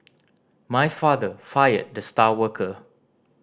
my father fired the star worker